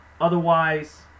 Otherwise